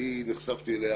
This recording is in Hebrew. אני נחשפתי אליה